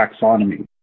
taxonomy